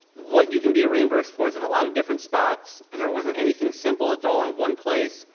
what you can be reimbursed for is in a lot of different spots, and there wasn't anything simple that's all in one place,